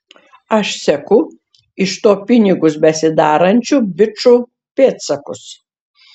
aš seku iš to pinigus besidarančių bičų pėdsakus